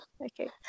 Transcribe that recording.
okay